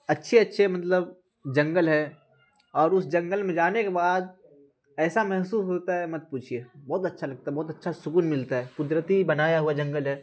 اچھے اچھے مطلب جنگل ہے اور اس جنگل میں جانے کے بعد ایسا محسوس ہوتا ہے مت پوچھیے بہت اچھا لگتا ہے بہت اچھا سکون ملتا ہے قدرتی بنایا ہوا جنگل ہے